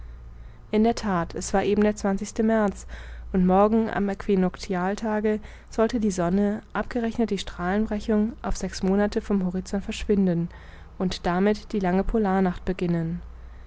in der that es war eben der märz und morgen am aequinoctialtage sollte die sonne abgerechnet die strahlenbrechung auf sechs monate vom horizont verschwinden und damit die lange polarnacht beginnen